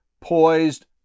poised